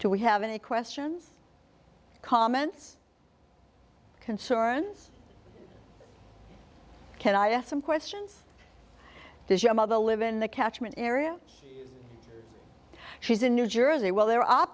to we have any questions comments concerns can i ask some questions does your mother live in the catchment area she's in new jersey well they're